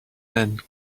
and